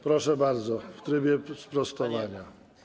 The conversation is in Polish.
Proszę bardzo, w trybie sprostowania.